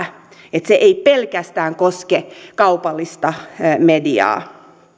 että se ei pelkästään koske kaupallista mediaa